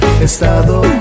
estado